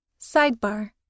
Sidebar